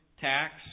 tax